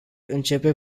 începe